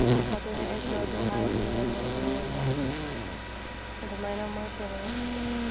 ꯑꯗꯨꯅꯦ ꯑꯩꯁꯨ ꯑꯗꯨ ꯍꯥꯏꯒꯦꯅꯅꯦ ꯅꯉꯣꯟꯗ ꯑꯗꯨꯃꯥꯏꯅ ꯃꯈꯣꯏ ꯄꯦꯔꯦꯟꯁꯇ